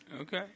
Okay